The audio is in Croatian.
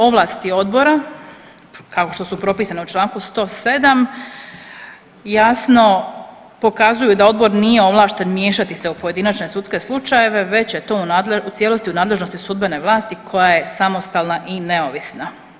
Ovlasti Odbora kao što su propisane u čl. 107 jasno pokazuju da Odbor nije ovlašten miješati se u pojedinačne sudske slučajeve, već je to u cijelosti u nadležnosti sudbene vlasti koja je samostalna i neovisna.